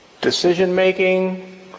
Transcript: decision-making